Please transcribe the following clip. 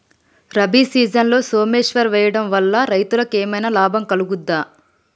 రబీ సీజన్లో సోమేశ్వర్ వేయడం వల్ల రైతులకు ఏమైనా లాభం కలుగుద్ద?